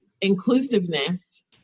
inclusiveness